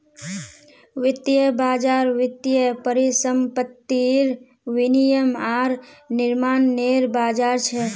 वित्तीय बज़ार वित्तीय परिसंपत्तिर विनियम आर निर्माणनेर बज़ार छ